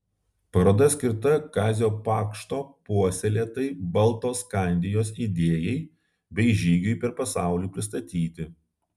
paroda skirta kazio pakšto puoselėtai baltoskandijos idėjai bei žygiui per pasaulį pristatyti